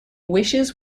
wishes